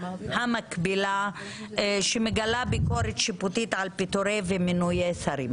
המקבילה שמגלה ביקורת שיפוטית על פיטורי ומינויי שרים.